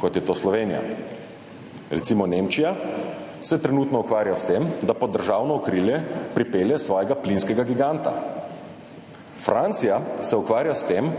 kot je to Slovenija. Recimo Nemčija se trenutno ukvarja s tem, da pod državno okrilje pripelje svojega plinskega giganta. Francija se ukvarja s tem,